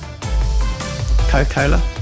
Coca-Cola